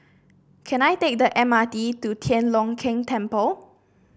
can I take the M R T to Tian Leong Keng Temple